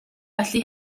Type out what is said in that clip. felly